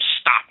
stop